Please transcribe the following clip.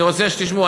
אני רוצה שתשמעו,